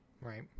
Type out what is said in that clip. Right